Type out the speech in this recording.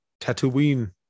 Tatooine